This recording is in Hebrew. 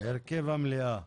כן,